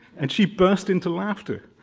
and she burst into laughter.